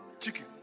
chicken